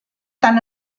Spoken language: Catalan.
tant